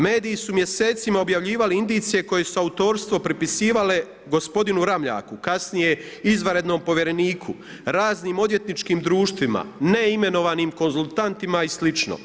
Mediji su mjesecima objavljivali indicije koje su autorstvo prepisivale gospodinu Ramljaku, kasnije izvanrednom povjereniku, raznim odvjetničkim društvima, ne imenovanim konzultantima i slično.